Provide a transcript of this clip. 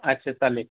अच्छा चालेल